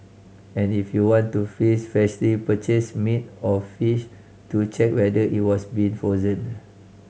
and if you want to freeze freshly purchase meat or fish do check whether it was been frozen